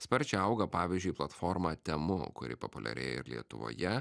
sparčiai auga pavyzdžiui platforma temu kuri populiarėja ir lietuvoje